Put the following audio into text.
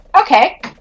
Okay